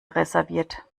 reserviert